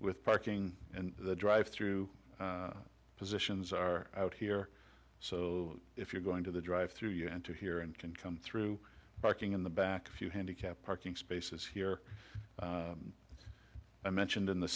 with parking in the drive through positions are out here so if you're going to the drive through you enter here and can come through parking in the back if you handicap parking spaces here i mentioned in the